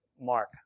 Mark